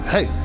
Hey